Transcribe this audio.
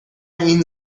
این